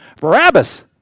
Barabbas